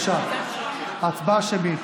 בבקשה, הצבעה שמית.